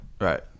Right